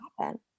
happen